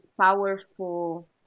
powerful